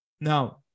now